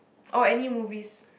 or any movies